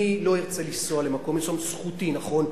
אני לא ארצה לנסוע למקום מסוים, זכותי, נכון?